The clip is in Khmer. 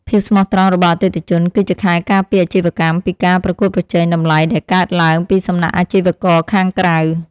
ភាពស្មោះត្រង់របស់អតិថិជន គឺជាខែលការពារអាជីវកម្មពីការប្រកួតប្រជែងតម្លៃដែលកើតឡើងពីសំណាក់អាជីវករខាងក្រៅ។